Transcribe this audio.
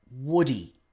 Woody